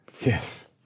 yes